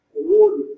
awarded